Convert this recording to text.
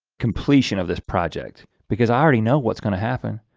completion of this project because i already know what's gonna happen.